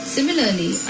Similarly